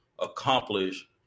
accomplish